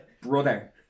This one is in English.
brother